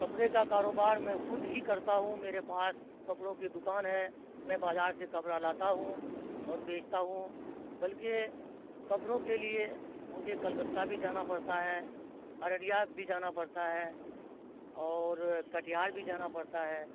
کپڑے کا کاروبار میں خود ہی کرتا ہوں میرے پاس کپڑوں کی دکان ہے میں بازار سے کپڑا لاتا ہوں اور بیچتا ہوں بلکہ کپڑوں کے لیے مجھے کلکتہ بھی جانا پڑتا ہے ارریا بھی جانا پڑتا ہے اور کٹیہار بھی جانا پڑتا ہے